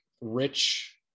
rich